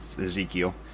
Ezekiel